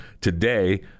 Today